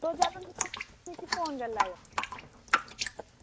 ते जाह्गे मिगी फोन करी लैयो